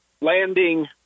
landing